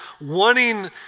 wanting